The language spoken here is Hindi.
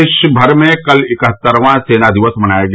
देशभर में कल इकहतरवां सेना दिवस मनाया गया